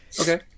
Okay